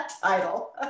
title